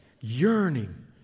yearning